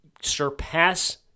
surpass